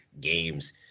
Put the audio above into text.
games